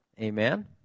amen